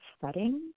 setting